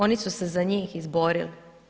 Oni su se za njih izborili.